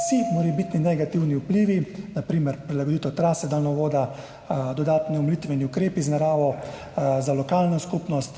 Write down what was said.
vsi morebitni negativni vplivi, na primer prilagoditev trase daljnovoda, dodatni omilitveni ukrepi za naravo, za lokalno skupnost,